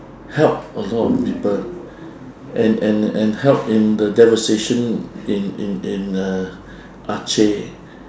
help a lot of people and and and help in the devastation in in in the aceh